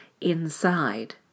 inside